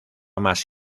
más